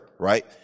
right